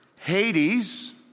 Hades